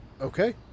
Okay